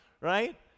right